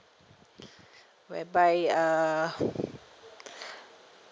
whereby uh